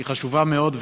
שהיא חשובה מאוד,